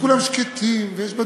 לא יודע מה